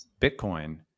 Bitcoin